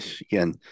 again